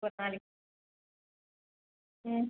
ஒரு நாளைக்கு ம்